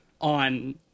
on